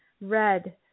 red